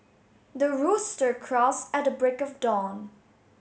the rooster crows at the break of dawn